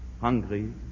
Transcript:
hungry